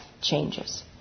changes